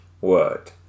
word